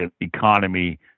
economy